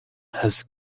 has